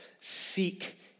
Seek